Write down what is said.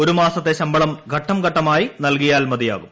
ഒരുമാസത്തെ ശമ്പളം ഘട്ടംഘട്ടമായി നൽകിയാൽ മതിയാകും